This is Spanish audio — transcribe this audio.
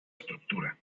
estructura